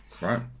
Right